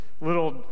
little